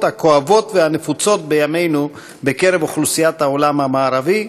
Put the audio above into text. הכואבות והנפוצות בימינו בקרב אוכלוסיית העולם המערבי,